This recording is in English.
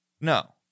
No